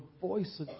voice